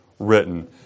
Written